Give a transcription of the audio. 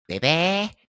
baby